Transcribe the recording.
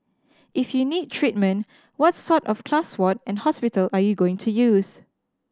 if you need treatment what sort of class ward and hospital are you going to use